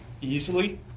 easily